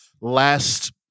last